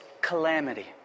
calamity